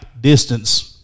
distance